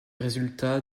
résultat